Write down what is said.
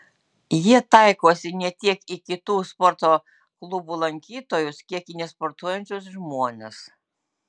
jie taikosi ne tiek į kitų sporto klubų lankytojus kiek į nesportuojančius žmones